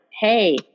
Hey